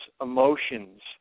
emotions